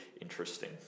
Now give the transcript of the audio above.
interesting